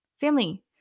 family